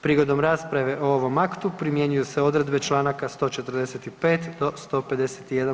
Prigodom rasprave o ovom aktu primjenjuju se odredbe čl. 145. do 151.